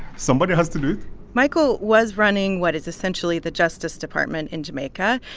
somebody has to do it michael was running what is essentially the justice department in jamaica.